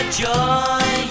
joy